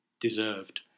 deserved